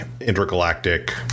intergalactic